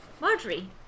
Marjorie